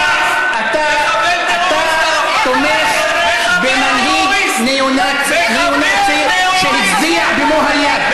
אתה תומך במנהיג ניאו-נאצים שהצדיע במועל יד.